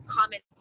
Comment